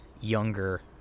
younger